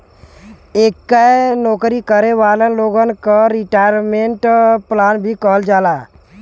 एके नौकरी करे वाले लोगन क रिटायरमेंट प्लान भी कहल जाला